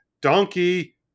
donkey